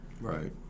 Right